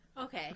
Okay